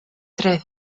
tre